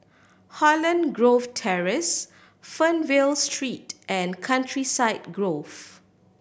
Holland Grove Terrace Fernvale Street and Countryside Grove